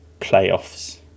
playoffs